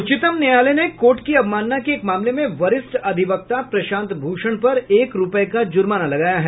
उच्चतम न्यायालय ने कोर्ट की अवमानना के एक मामले में वरिष्ठ अधिवक्ता प्रशांत भूषण पर एक रूपये का जुर्माना लगाया है